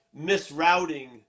misrouting